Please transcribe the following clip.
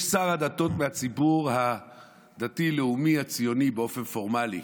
יש שר דתות מהציבור הדתי-לאומי-ציוני באופן פורמלי,